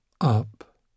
up